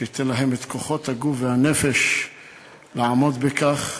שייתן להם את כוחות הגוף והנפש לעמוד בכך.